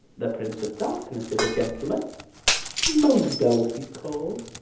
the prince of darkness is a gentleman modo he's call'd,